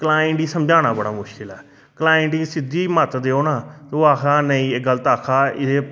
client ई समझाना बड़ा मुश्कल ऐ कलाइंट ई सिद्धी मत्त देओ न ओह् आखदा नेईं एह् गल्त आक्खा दा